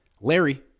Larry